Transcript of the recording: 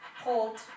Hold